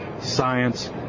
science